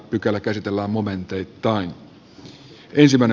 pykälä käsitellään momenteittain